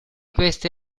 queste